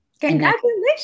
Congratulations